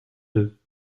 deux